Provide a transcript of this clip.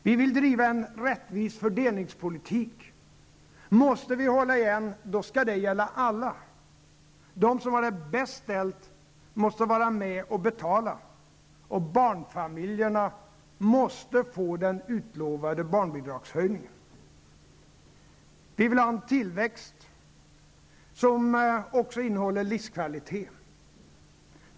Vi vill driva en rättvis fördelningspolitik. Måste vi hålla igen, då skall det gälla alla. De som har det bäst ställt måste vara med och betala, och barnfamiljerna måste få den utlovade barnbidragshöjningen. Vi vill ha en tillväxt som också innehåller livskvalitet.